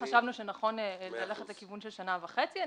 חשבנו שנכון יותר ללכת לכיוון של שנה וחצי.